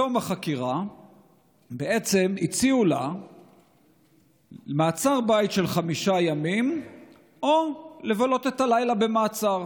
בתום החקירה הציעו לה מעצר בית של חמישה ימים או לבלות את הלילה במעצר.